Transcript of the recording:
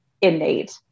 innate